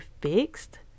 fixed